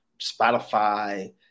Spotify